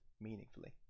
meaningfully